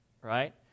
right